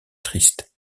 triste